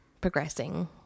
progressing